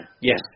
yes